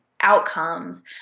outcomes